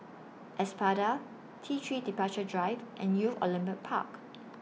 Espada T three Departure Drive and Youth Olympic Park